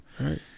Right